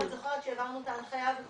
אם את זוכרת שהעברנו את ההנחיה וכולי,